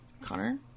Connor